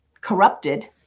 corrupted